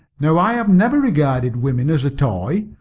now, i have never regarded woman as a toy.